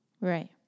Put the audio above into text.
Right